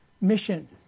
mission